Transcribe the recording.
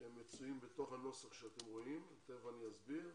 מצויות בנוסח שאתם רואים, ותיכף אני אסביר.